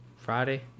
Friday